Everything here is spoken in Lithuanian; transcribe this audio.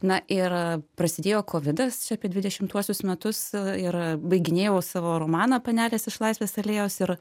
na ir prasidėjo kovidas čia apie dvidešimuosius metus ir baiginėjau savo romaną panelės iš laisvės alėjos ir